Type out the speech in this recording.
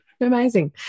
Amazing